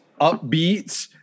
upbeats